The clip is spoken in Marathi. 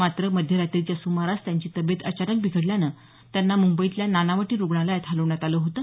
मात्र मध्यरात्रीच्या सुमारास त्यांची तब्येत अचानक बिघडल्यानं त्यांना मुंबईतल्या नानावटी रुग्णालयात हलवण्यात आलं होतं